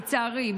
לצערי,